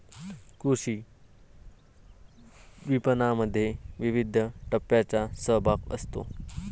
कृषी विपणनामध्ये विविध टप्प्यांचा सहभाग असतो